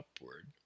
upward